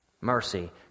Mercy